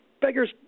beggars